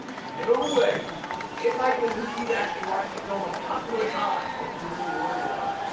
no way it might behoove you to actually watch the film a couple of times if you're really worried about it.